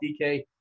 DK